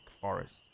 forest